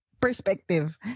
perspective